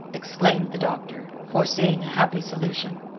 exclaimed the doctor, foreseeing a happy solution.